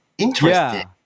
interesting